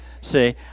See